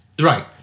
Right